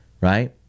right